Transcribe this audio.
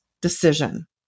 decision